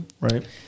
right